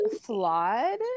flawed